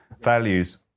values